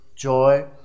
joy